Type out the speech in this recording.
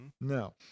No